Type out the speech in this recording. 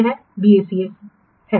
वह बीएसी है